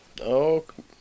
Okay